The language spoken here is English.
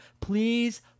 Please